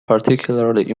particularly